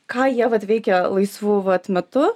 ką jie vat veikia laisvu vat metu